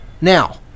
Now